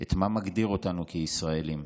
את מה מגדיר אותנו כישראלים,